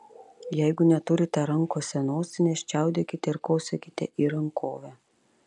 jeigu neturite rankose nosinės čiaudėkite ir kosėkite į rankovę